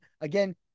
Again